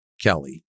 Kelly